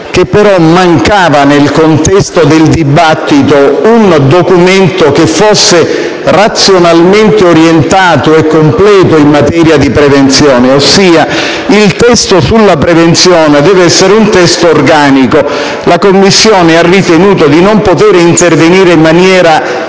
che mancava, nel contesto del dibattito, un documento razionalmente orientato e completo in materia di prevenzione. Il testo sulla prevenzione deve essere un testo organico. La Commissione ha ritenuto di non potere intervenire in maniera